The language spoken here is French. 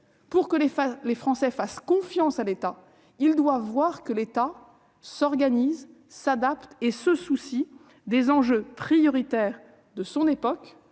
Pour que les Français fassent confiance à l'État, ils doivent voir que l'État s'organise, s'adapte et se soucie des enjeux prioritaires de son époque.